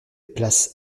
places